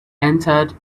entered